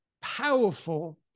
powerful